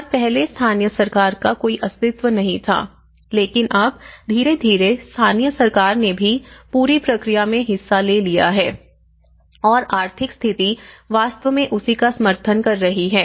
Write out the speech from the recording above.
और पहले स्थानीय सरकार का कोई अस्तित्व नहीं था लेकिन अब धीरे धीरे स्थानीय सरकार ने भी पूरी प्रक्रिया में हिस्सा ले लिया है और आर्थिक स्थिति वास्तव में उसी का समर्थन कर रही है